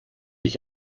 ich